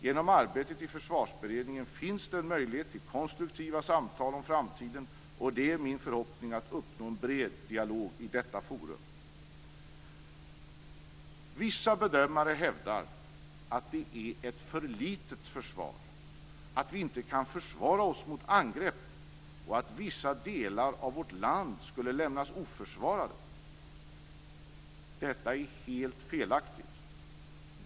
Genom arbetet i Försvarsberedningen finns en möjlighet till konstruktiva samtal om framtiden, och det är min förhoppning att uppnå en bred dialog i detta forum. Vissa bedömare hävdar att det är ett för litet försvar, att vi inte kan försvara oss mot angrepp och att vissa delar av vårt land skulle lämnas oförsvarade. Detta är helt felaktigt.